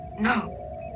No